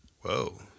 Whoa